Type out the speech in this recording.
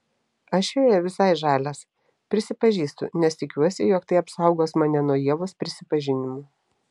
aš joje visai žalias prisipažįstu nes tikiuosi jog tai apsaugos mane nuo ievos prisipažinimų